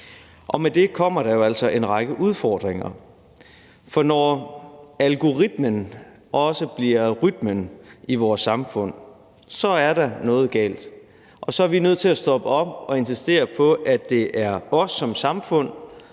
og med det kommer der jo altså en række udfordringer. For når algoritmen også bliver rytmen i vores samfund, er der noget galt, og så er vi nødt til at stoppe op og insistere på, at det er os som samfund,